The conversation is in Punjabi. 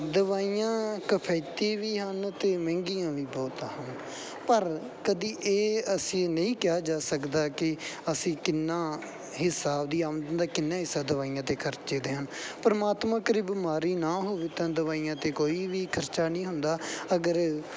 ਦਵਾਈਆਂ ਕਫਾਇਤੀ ਵੀ ਹਨ ਅਤੇ ਮਹਿੰਗੀਆਂ ਵੀ ਬਹੁਤ ਆ ਪਰ ਕਦੇ ਇਹ ਅਸੀਂ ਨਹੀਂ ਕਿਹਾ ਜਾ ਸਕਦਾ ਕਿ ਅਸੀਂ ਕਿੰਨਾ ਹਿਸਾਬ ਦੀ ਆਮਦਨ ਦਾ ਕਿੰਨਾ ਹਿੱਸਾ ਦਵਾਈਆਂ 'ਤੇ ਖਰਚਦੇ ਹਨ ਪਰਮਾਤਮਾ ਕਰੇ ਬਿਮਾਰੀ ਨਾ ਹੋਵੇ ਤਾਂ ਦਵਾਈਆਂ 'ਤੇ ਕੋਈ ਵੀ ਖਰਚਾ ਨਹੀਂ ਹੁੰਦਾ ਅਗਰ